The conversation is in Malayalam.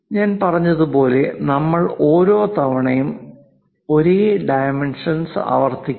ഞാൻ പറഞ്ഞതുപോലെ നമ്മൾ ഓരോ തവണയും ഒരേ ഡൈമെൻഷൻ ആവർത്തിക്കില്ല